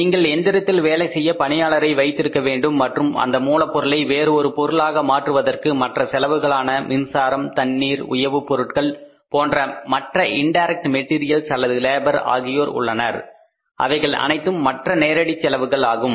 நீங்கள் எந்திரத்தில் வேலை செய்ய பணியாளரை வைத்திருக்க வேண்டும் மற்றும் அந்த மூலப்பொருளை வேறு ஒரு பொருளாக மாற்றுவதற்கு மற்ற செலவுகளான மின்சாரம் தண்ணீர் உயவு பொருட்கள் போன்ற மற்ற இன்டைரக்ட் மெட்டீரியல்ஸ் அல்லது லேபர் ஆகியோர் உள்ளனர் அவைகள் அனைத்தும் மற்ற நேரடி செலவுகள் ஆகும்